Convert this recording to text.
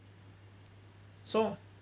so